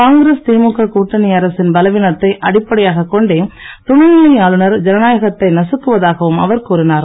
காங்கிரஸ் திமுக கூட்டணி அரசின் பலவீனத்தை அடிப்படையாகக் கொண்டே துணைநிலை ஆளுநர் ஜனநாயகத்தை நசுக்குவதாகவும் அவர் கூறினார்